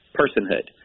personhood